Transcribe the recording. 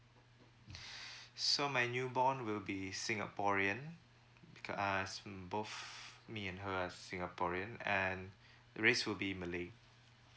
so my newborn will be singaporean because us both me and her are singaporean and race will be malay